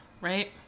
right